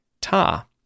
ta